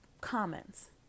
comments